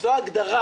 זו הגדרה.